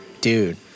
Dude